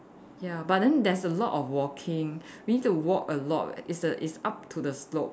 ya but then there's a lot walking we need to walk a lot it's err it's up to the slope